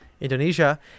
indonesia